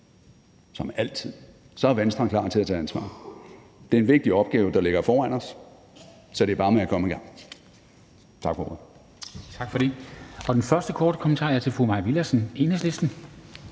Som altid er Venstre klar til at tage ansvar. Det er en vigtig opgave, der ligger foran os, så det er bare med at komme i gang. Tak for ordet.